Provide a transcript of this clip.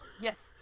Yes